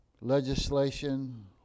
legislation